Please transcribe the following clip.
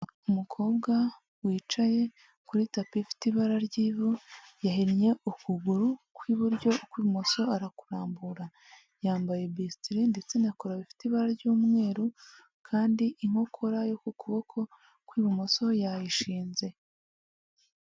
Umukobwa wicaye kuri tapi ifite ibara ry'ivu yahinnye ukuguru kw'iburyo kw'ibumoso arakurambura yambaye bistle ndetse na cola bifite ibara ry'umweru kandi inkokora yo ku kuboko kw'ibumoso yayishinze.